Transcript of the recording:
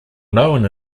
known